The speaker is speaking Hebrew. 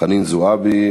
חנין זועבי,